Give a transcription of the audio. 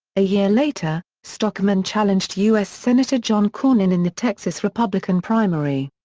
a year later, stockman challenged u s. senator john cornyn in the texas republican primary.